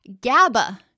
GABA